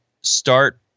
start